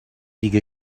دیگه